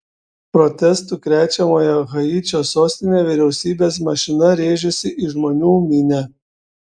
protestų krečiamoje haičio sostinėje vyriausybės mašina rėžėsi į žmonių minią